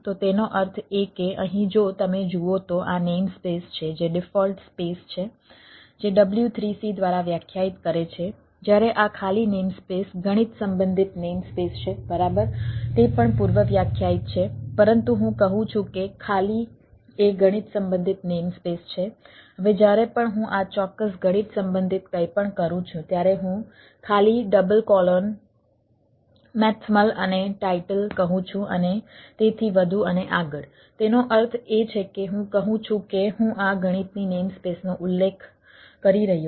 તો તેનો અર્થ એ કે અહીં જો તમે જુઓ તો આ નેમ સ્પેસ છે જે ડિફોલ્ટ સ્પેસ કહું છું અને તેથી વધુ અને આગળ તેનો અર્થ એ છે કે હું કહું છું કે હું આ ગણિતની નેમસ્પેસનો ઉલ્લેખ કરી રહ્યો છું